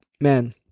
man